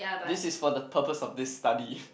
this is for the purpose of this study